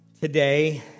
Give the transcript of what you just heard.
today